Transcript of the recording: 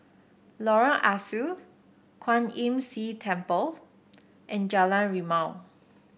Lorong Ah Soo Kwan Imm See Temple and Jalan Rimau